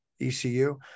ecu